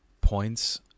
points